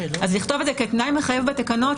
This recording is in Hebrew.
אז לכתוב את זה כתנאי מחייב בתקנות,